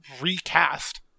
Recast